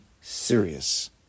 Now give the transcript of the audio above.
serious